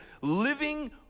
Living